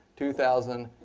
two thousand,